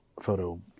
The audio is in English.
photo